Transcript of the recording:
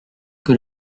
que